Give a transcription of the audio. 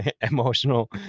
emotional